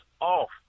off